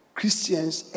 Christians